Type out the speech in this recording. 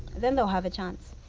then they'll have a chance.